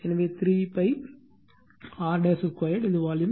எனவே 3 pi r 2 இது volume